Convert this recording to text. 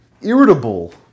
irritable